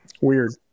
weird